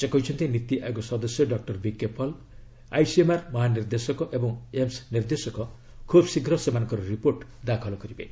ସେ କହିଛନ୍ତି ନୀତି ଆୟୋଗ ସଦସ୍ୟ ଡକ୍ଟର ବିକେ ପଲ୍ ଆଇସିଏମ୍ଆର୍ ମହାନିର୍ଦ୍ଦେଶକ ଏବଂ ଏମ୍ସ୍ ନିର୍ଦ୍ଦେଶକ ଖୁବ୍ଶୀଘ୍ର ସେମାନଙ୍କ ରିପୋର୍ଟ ଦାଖଲ କରିବେ